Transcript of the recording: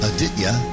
Aditya